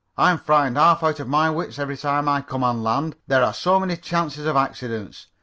i'm frightened half out of my wits every time i come on land. there are so many chances of accidents.